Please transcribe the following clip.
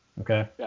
okay